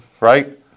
right